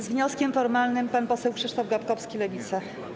Z wnioskiem formalnym pan poseł Krzysztof Gawkowski, Lewica.